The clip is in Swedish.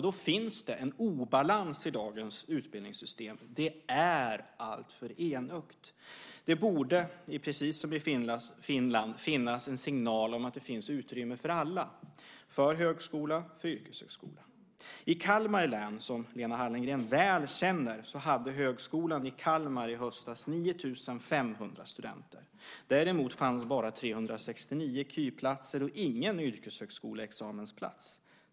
Det finns en obalans i dagens utbildningssystem. Det är alltför enögt. Det borde, precis som i Finland, finnas en signal om att det finns utrymme för alla, för högskola, för yrkeshögskola. I Kalmar län, som Lena Hallengren väl känner, hade högskolan i höstas 9 500 studenter. Däremot fanns bara 369 KY-platser och ingen yrkeshögskoleexamensplats.